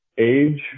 Age